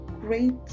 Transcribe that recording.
great